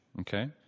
okay